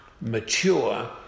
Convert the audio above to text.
mature